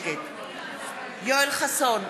נגד יואל חסון,